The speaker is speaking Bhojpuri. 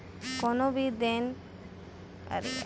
कवनो भी लेन देन होत बाटे उ सब के सूचना मोबाईल में मिलत हवे